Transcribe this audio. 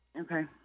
Okay